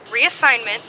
reassignment